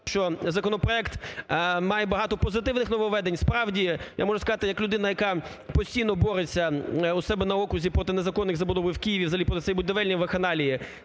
що законопроект має багато позитивних нововведень. Справді, я можу сказати як людина, яка постійно бореться у себе на окрузі проти незаконних забудов і в Києві взагалі проти будівельної вакханалії,